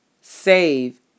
save